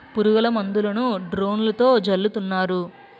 పురుగుల మందులను డ్రోన్లతో జల్లుతున్నారు